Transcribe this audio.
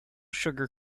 sugar